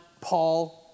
Paul